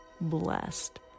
blessed